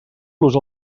los